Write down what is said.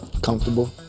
Comfortable